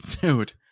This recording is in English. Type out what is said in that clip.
Dude